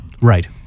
Right